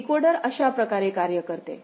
decoder अशा प्रकारे कार्य करते